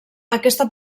aquesta